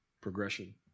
progression